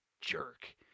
jerk